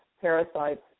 parasites